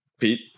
Pete